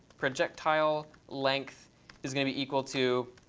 projectile length is going to be equal to,